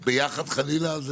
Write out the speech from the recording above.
זה ביחד חלילה,